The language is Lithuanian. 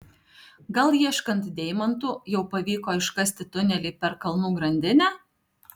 gal ieškant deimantų jau pavyko iškasti tunelį per kalnų grandinę